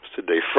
Today